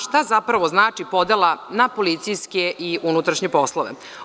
Šta zapravo znači podela na policijske i unutrašnje poslove.